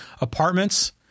apartments